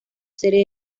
serie